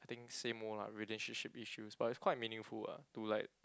I think same old lah relationship issues but it's quite meaningful ah to like